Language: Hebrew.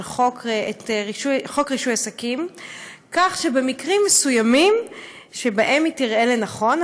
חוק רישוי עסקים כך שבמקרים מסוימים שבהם היא תראה לנכון,